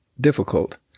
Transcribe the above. difficult